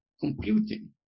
computing